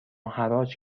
حراج